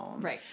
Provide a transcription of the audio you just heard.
Right